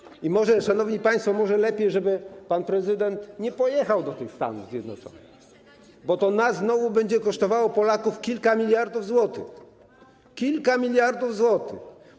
I może, szanowni państwo, byłoby lepiej, gdyby pan prezydent nie pojechał do tych Stanów Zjednoczonych, bo to nas znowu będzie kosztowało, Polaków, kilka miliardów złotych - kilka miliardów złotych.